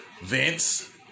Vince